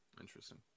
Interesting